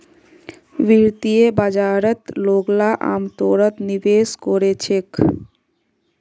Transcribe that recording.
वित्तीय बाजारत लोगला अमतौरत निवेश कोरे छेक